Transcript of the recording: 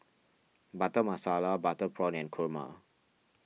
Butter Masala Butter Prawn and Kurma